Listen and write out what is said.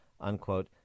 unquote